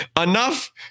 enough